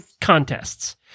contests